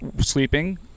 sleeping